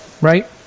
right